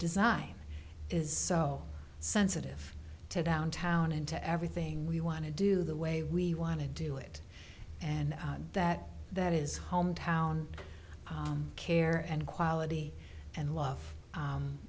design is so sensitive to downtown and to everything we want to do the way we want to do it and that that is hometown care and quality and love